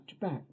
back